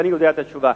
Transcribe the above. ואני יודע את התשובה,